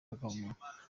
agahomamunwa